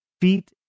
feet